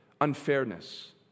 unfairness